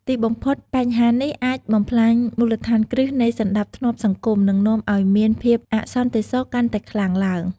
ទីបំផុត បញ្ហានេះអាចបំផ្លាញមូលដ្ឋានគ្រឹះនៃសណ្តាប់ធ្នាប់សង្គម និងនាំឱ្យមានភាពអសន្តិសុខកាន់តែខ្លាំងឡើង។